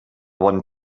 bon